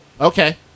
okay